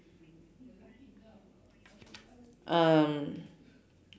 um